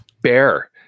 bear